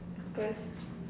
because